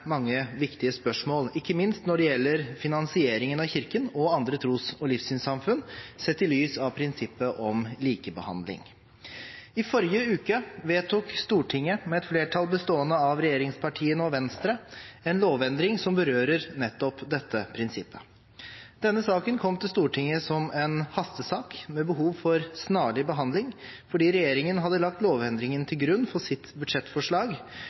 mange viktige spørsmål, ikke minst når det gjelder finansieringen av Kirken og andre tros- og livssynssamfunn sett i lys av prinsippet om likebehandling. I forrige uke vedtok Stortinget med et flertall bestående av regjeringspartiene og Venstre en lovendring som berører nettopp dette prinsippet. Den saken kom til Stortinget som en hastesak med behov for snarlig behandling, fordi regjeringen hadde lagt lovendringen til grunn for sitt budsjettforslag